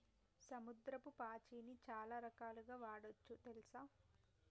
సముద్రపు పాచిని చాలా రకాలుగ వాడొచ్చు తెల్సా